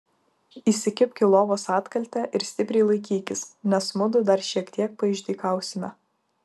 įsikibk į lovos atkaltę ir stipriai laikykis nes mudu dar šiek tiek paišdykausime